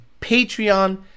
Patreon